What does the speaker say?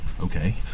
okay